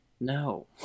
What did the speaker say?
No